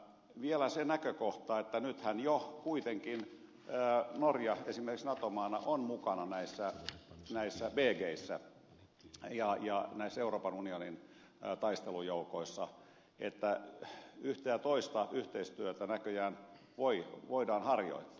vielä on se näkökohta että nythän jo kuitenkin norja esimerkiksi nato maana on mukana näissä bgissä ja näissä euroopan unionin taistelujoukoissa että yhtä ja toista yhteistyötä näköjään voidaan harjoittaa